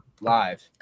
live